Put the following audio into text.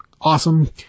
awesome